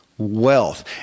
wealth